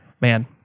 man